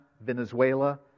Venezuela